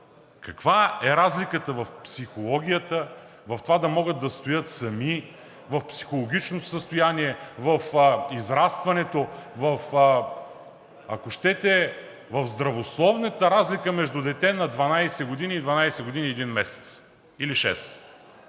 каква е разликата в психологията, в това да могат да стоят сами, в психологичното състояние, в израстването, ако щете, в здравословната разлика между дете на 12 години и на 12 години и един месец или